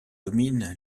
domine